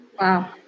Wow